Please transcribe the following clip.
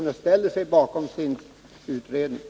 Det är ganska avgörande.